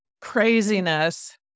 craziness